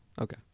Okay